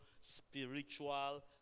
spiritual